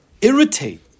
irritate